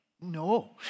no